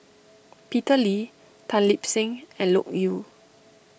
Peter Lee Tan Lip Seng and Loke Yew